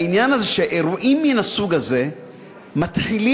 והעניין הזה שאירועים מהסוג הזה מתחילים